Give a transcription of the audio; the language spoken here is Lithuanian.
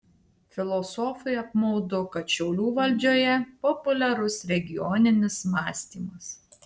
filosofui apmaudu kad šiaulių valdžioje populiarus regioninis mąstymas